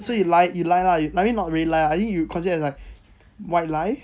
so so so you lie you lie lah I mean not really lie ah I think you considered as like white lie